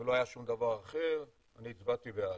ולא היה שום דבר אחר, אני הצבעתי בעד.